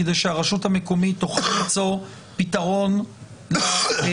כדי שהרשות המקומית תוכל למצוא פתרון לילדים,